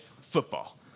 football